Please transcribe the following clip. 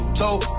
told